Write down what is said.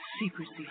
secrecy